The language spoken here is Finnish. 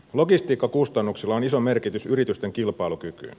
logistiikkakustannuksilla on iso merkitys yritysten kilpailukyvylle